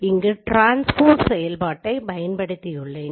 இங்கு transpose Transpose r1T r2T r3T செயல்பாட்டை பயன்படுத்தியுள்ளேன்